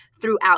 throughout